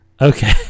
Okay